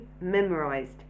memorized